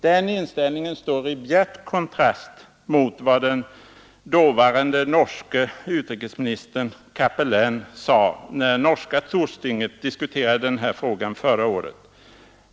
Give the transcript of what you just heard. Den inställningen står i bjärt kontrast mot vad den dåvarande norske utrikesministern Cappelen sade när norska stortinget diskuterade den här frågan förra året.